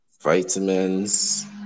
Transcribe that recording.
vitamins